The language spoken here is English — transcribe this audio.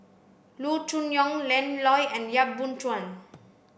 Loo Choon Yong Lan Loy and Yap Boon Chuan